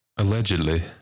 allegedly